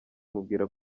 mubwira